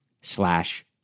slash